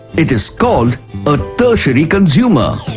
it is called a tertiary consumer.